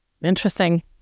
Interesting